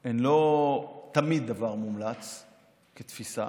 הם לא תמיד דבר מומלץ כתפיסה,